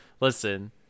Listen